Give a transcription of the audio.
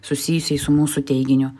susijusiais su mūsų teiginiu